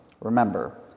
Remember